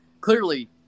clearly